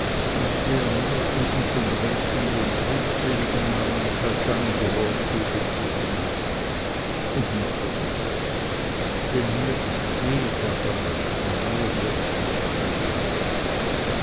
und der mir in unsern räten den trübseligen namen cassandro zugezogen hat und nach verdienst denn mir ist wehe dabei und mir wird nicht geglaubt